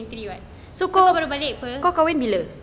kau belum balik [pe]